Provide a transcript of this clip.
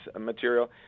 material